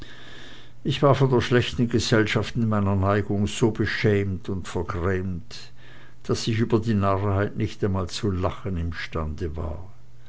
ich war von der schlechten gesellschaft in meiner neigung so beschämt und vergrämt daß ich über die narrheit nicht einmal zu lachen imstande war